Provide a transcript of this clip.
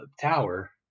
tower